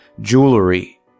jewelry